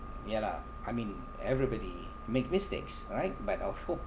ya lah I mean everybody make mistakes right but I'll hope